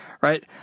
right